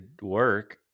work